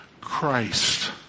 Christ